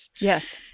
Yes